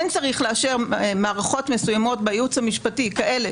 כן צריך לאשר מערכות מסוימות בייעוץ המשפטי, כאלה